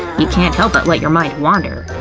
you can't help but let your mind wander.